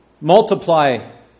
multiply